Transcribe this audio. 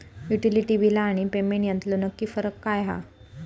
Utility बिला आणि payment यातलो नक्की फरक काय हा?